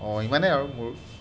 অঁ ইমানেই আৰু মোৰ